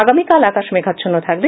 আগামীকাল আকাশ মেঘাচ্হ্ন্ন থাকবে